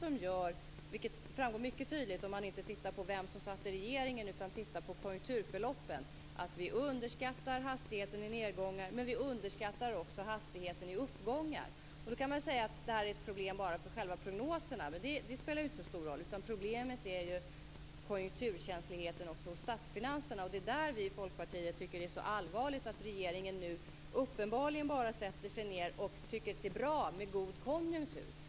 Om man inte tittar på vem som satt i regeringen, utan tittar på konjunkturförloppen, ser vi att vi underskattar hastigheten vid nedgångar, men vi underskattar också hastigheten vid uppgångar. Man kan säga att det är ett problem bara för själva prognoserna. Det spelar ju inte så stor roll. Problemet är konjunkturkänsligheten också hos statsfinanserna. Det som vi i Folkpartiet tycker är så allvarligt är att regeringen nu uppenbarligen bara sätter sig ned och tycker att det är bra med god konjunktur.